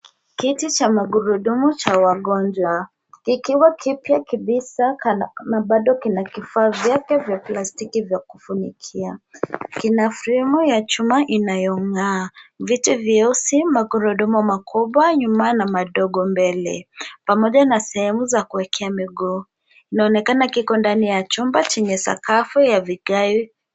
Kiti cha magurudumu cha wagonjwa. Kiko kipya kabisa na Bado kina vifaa vyake vya Kila kitu na plastiki ya kufunikia. Kina fremu ya chuma inayongaa, viti vyeusi, magurudumu makubwa nyuma na madogo mbele pamoja na sehemu za kuwekwa miguu. Inaonekana kiko ndani ya chumba chenye sakafu ya vigae